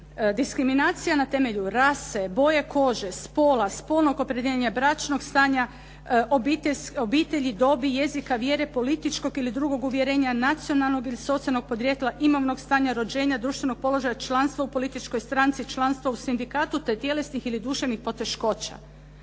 "diskriminacija na temelju rase, boje kože, spola, spolnog opredjeljenja, bračnog stanja, obitelji, dobi, jezika, vjere, političkog ili drugog uvjerenja, nacionalnog ili socijalnog podrijetla, imovnog stanja, rođenja, društvenog položaja, članstva u političkoj stranci, članstva u sindikatu te tjelesnih ili duševnih poteškoća.